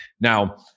Now